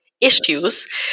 issues